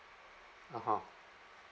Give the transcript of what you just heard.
(uh huh)